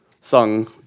sung